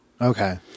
Okay